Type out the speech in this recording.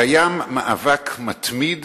קיים מאבק מתמיד